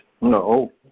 no